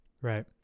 Right